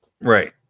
Right